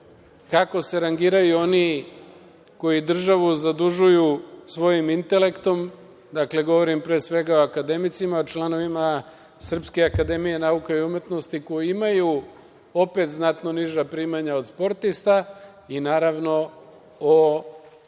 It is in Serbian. kako se rangiraju oni koji državu zadužuju svojim intelektom, dakle, govorim, pre svega, o akademicima, članovima Srpske akademije nauka i umetnosti, koji imaju znatno niža primanja od sportista i, naravno, o borcima